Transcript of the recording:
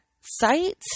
site